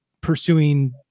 pursuing